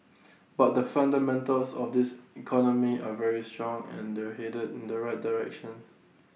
but the fundamentals of this economy are very strong and they're headed in the right direction